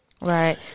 right